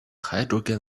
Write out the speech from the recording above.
hydrogen